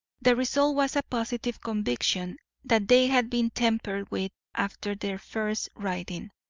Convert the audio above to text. the result was a positive conviction that they had been tampered with after their first writing,